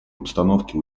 обстановке